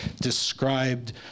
described